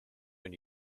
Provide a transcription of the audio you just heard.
when